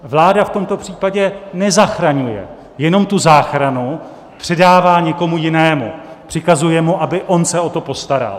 Vláda v tomto případě nezachraňuje, jenom tu záchranu předává někomu jinému, přikazuje mu, aby on se o to postaral.